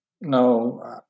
No